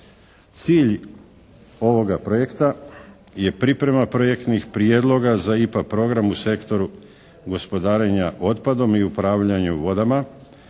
Cilj ovoga projekta je priprema projektnih prijedloga za IPA program u sektoru gospodarenja otpadom i upravljanju vodama